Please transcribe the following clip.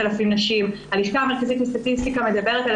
הלשכה המרכזית לסטטיסטיקה מדברת על